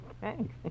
Thanks